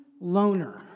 loner